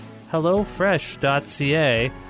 hellofresh.ca